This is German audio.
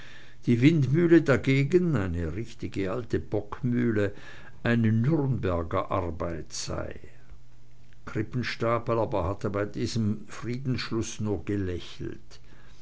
die windmühle dagegen eine richtige alte bockmühle eine nürnberger arbeit sei krippenstapel aber hatte bei diesem friedensschlusse nur gelächelt